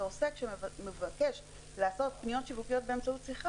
ועוסק שמבקש לעשות פניות שיווקיות באמצעות שיחה